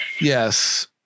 yes